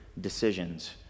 decisions